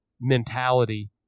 mentality